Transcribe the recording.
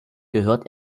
gehört